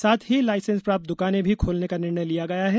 साथ ही लाइसेंस प्राप्त दुकानें भी खोलने का निर्णय लिया गया है